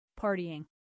partying